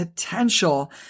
Potential